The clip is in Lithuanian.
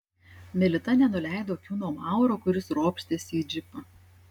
melita nenuleido akių nuo mauro kuris ropštėsi į džipą